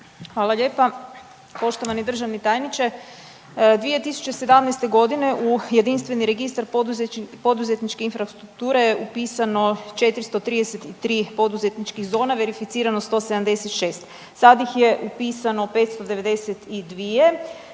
Hvala lijepa. Poštovani državni tajniče, 2017. godine u jedinstveni registar poduzetničke infrastrukture je upisano 433 poduzetničkih zona, verificirano 176. Sad ih je upisano 592,